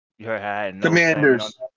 Commanders